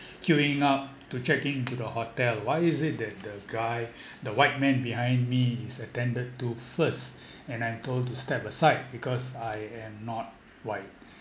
queuing up to check in to the hotel why is it that the guy the white men behind me is attended to first and I'm told to step aside because I am not white